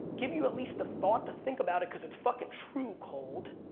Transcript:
give you at least the thought to think about it cause it's fucking true cold,